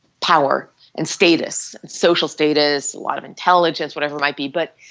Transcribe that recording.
power and status, social status, lot of intelligence, whatever it might be. but